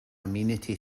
amenity